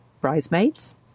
bridesmaids